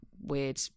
weird